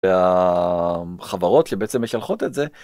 והחברות שבעצם משלחות את זה.